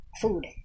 food